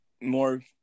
more